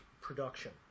production